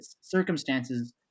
circumstances